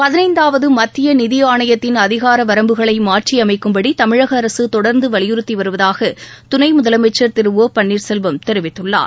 பதினைந்தாவது மத்திய நிதி ஆணையத்தின் அதிகார வரம்புகளை மாற்றியமைக்கும்படி தமிழக அரசு தொடர்ந்து வலியுறுத்தி வருவதாக துணை முதலமைச்சர் திரு ஒ பன்னீர் செல்வம் தெரிவித்துள்ளார்